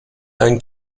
ein